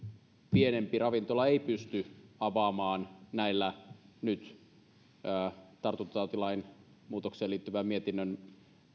pienempi ravintola ei pysty avaamaan toimintaansa nyt näillä tartuntatautilain muutokseen liittyvän mietinnön